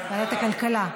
ועדת הכלכלה.